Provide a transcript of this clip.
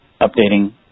updating